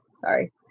sorry